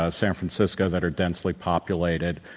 ah san francisco that are densely populated,